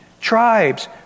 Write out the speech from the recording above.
tribes